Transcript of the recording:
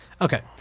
Okay